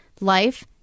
life